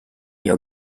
your